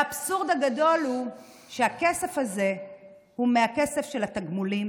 האבסורד הגדול הוא שהכסף הזה הוא מהכסף של התגמולים